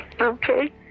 Okay